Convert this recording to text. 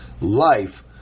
life